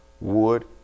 wood